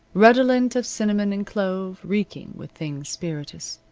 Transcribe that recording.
redolent of cinnamon and clove, reeking with things spirituous.